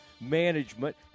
management